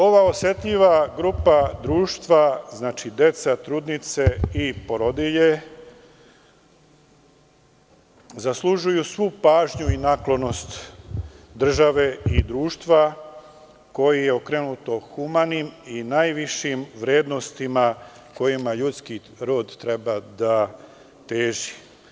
Ova osetljiva grupa društva, deca, trudnice i porodilje, zaslužuju svu pažnju i naklonost države i društva koje je okrenuto humanim i najvišim vrednostima kojima ljudski rod treba da teži.